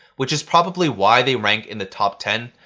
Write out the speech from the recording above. which is probably why they rank in the top ten,